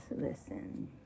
listen